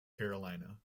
carolina